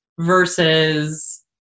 versus